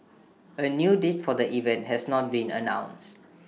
A new date for the event has not been announced